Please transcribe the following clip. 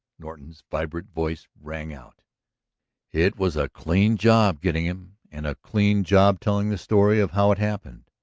norton's vibrant voice rang out it was a clean job getting him, and a clean job telling the story of how it happened.